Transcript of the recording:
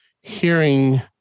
hearing